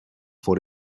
vor